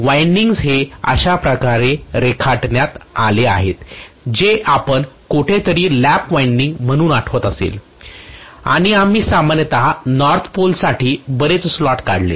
windings हे अशा प्रकारे रेखाटण्यात आले जे आपण कोठेतरी लॅप वायंडिंग्स आठवत असेल आणि आम्ही सामान्यत नॉर्थ पोल साठी बरेच स्लॉट काढले